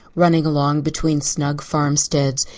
running along between snug farmsteads,